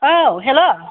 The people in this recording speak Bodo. औ हेल'